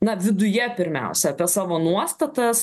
na viduje pirmiausia apie savo nuostatas